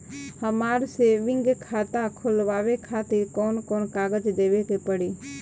हमार सेविंग खाता खोलवावे खातिर कौन कौन कागज देवे के पड़ी?